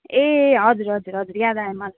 ए हजुर हजुर हजुर याद आयो मलाई